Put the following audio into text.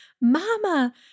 mama